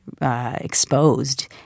exposed